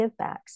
givebacks